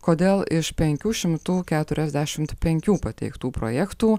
kodėl iš penkių šimtų keturiasdešimt penkių pateiktų projektų